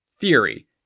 theory